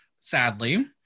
sadly